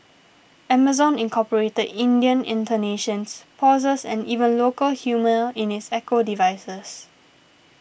Amazon incorporated Indian intonations pauses and even local humour in its Echo devices